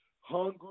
hungry